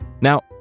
Now